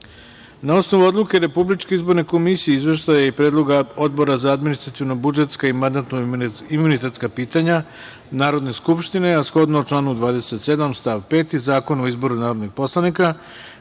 osnovu Odluke Republičke izborne komisije i Izveštaja i predloga Odbora za administrativno-budžetska i mandatno-imunitetska pitanja Narodne skupštine, a shodno članu 27. stav 5. Zakona o izboru narodnih poslanika,